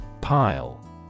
Pile